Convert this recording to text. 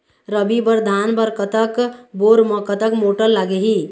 रबी बर धान बर कतक बोर म कतक मोटर लागिही?